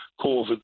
COVID